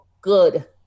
good